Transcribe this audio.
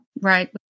Right